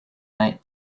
night